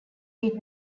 did